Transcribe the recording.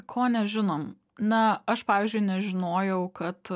ko nežinom na aš pavyzdžiui nežinojau kad